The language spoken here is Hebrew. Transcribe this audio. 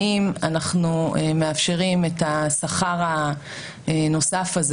האם אנחנו מאפשרים את השכר הנוסף הזה